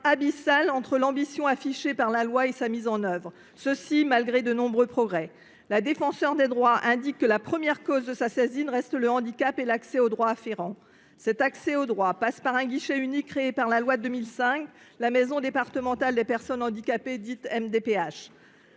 abyssal entre l’ambition affichée par la loi et sa mise en œuvre, et ce malgré de nombreux progrès. La Défenseure des droits indique que la première cause de sa saisine reste le handicap et l’accès aux droits afférents. Cet accès aux droits passe par un guichet unique créé par la loi de 2005, la maison départementale des personnes handicapées (MDPH).